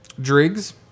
Driggs